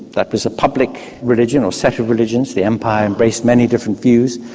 that was a public religion or set of religions, the empire embraced many different views.